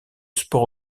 sport